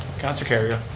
councilor kerrio.